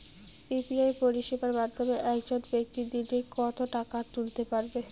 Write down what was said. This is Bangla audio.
ইউ.পি.আই পরিষেবার মাধ্যমে একজন ব্যাক্তি দিনে কত টাকা তুলতে পারবে?